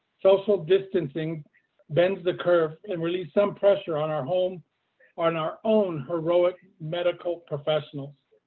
social distancing bends the curve and relieves some pressure on our home on our own heroic medical professionals.